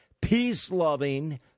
peace-loving